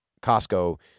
Costco